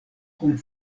kun